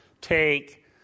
Take